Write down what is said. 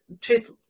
truth